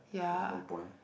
has no point